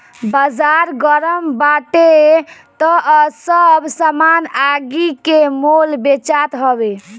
बाजार गरम बाटे तअ सब सामान आगि के मोल बेचात हवे